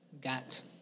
got